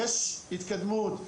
יש התקדמות,